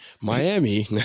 Miami